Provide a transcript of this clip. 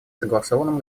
согласованным